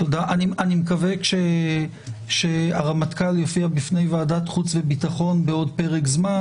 אני מקווה כשהרמטכ"ל יופיע בפני ועדת החוץ והביטחון בעוד פרק זמן,